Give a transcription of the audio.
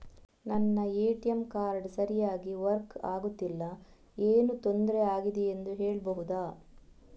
ನನ್ನ ATM card ಸರಿಯಾಗಿ work ಆಗುತ್ತಿಲ್ಲ, ಏನು ತೊಂದ್ರೆ ಆಗಿದೆಯೆಂದು ಹೇಳ್ಬಹುದಾ?